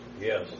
Yes